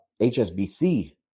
HSBC